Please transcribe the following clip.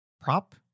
prop